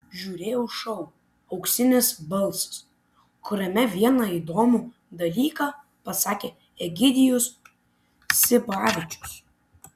žiūrėjau šou auksinis balsas kuriame vieną įdomų dalyką pasakė egidijus sipavičius